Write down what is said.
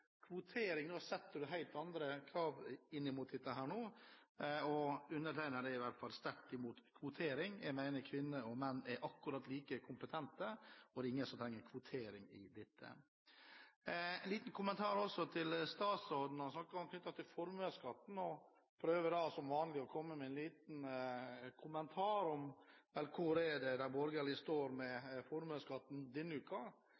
setter man inn helt andre krav. Undertegnede er i hvert fall sterkt imot kvotering. Jeg mener at kvinner og menn er akkurat like kompetente, og det er ingen som trenger å kvoteres inn i dette. En liten kommentar også til statsråden: Han snakket om formuesskatten og prøver som vanlig å komme med en liten kommentar om hvor de borgerlige står i spørsmålet om formuesskatten denne uka.